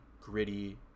gritty